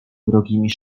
wrogimi